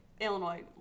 Illinois